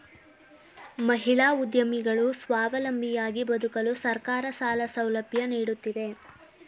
ಮಹಿಳಾ ಉದ್ಯಮಿಗಳು ಸ್ವಾವಲಂಬಿಯಾಗಿ ಬದುಕಲು ಸರ್ಕಾರ ಸಾಲ ಸೌಲಭ್ಯ ನೀಡುತ್ತಿದೆ